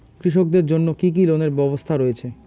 কৃষকদের জন্য কি কি লোনের ব্যবস্থা রয়েছে?